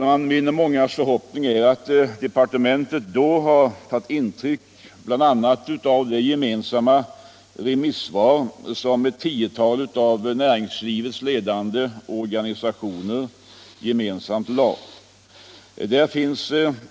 Min och mångas förhoppning, herr talman, är att departementet då har tagit intryck av bl.a. det gemensamma remissvar som ett tiotal av näringslivets ledande organisationer avlämnat.